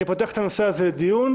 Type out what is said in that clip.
אני פותח את הנושא הזה לדיון.